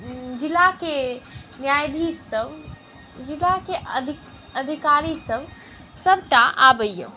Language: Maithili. जिलाके न्यायाधीशसभ जिलाके अधिकारीसभ सभटा आबैए